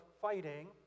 fighting